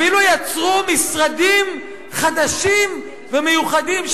אפילו יצרו משרדים חדשים ומיוחדים,